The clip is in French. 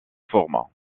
formats